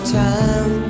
time